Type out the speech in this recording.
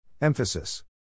Emphasis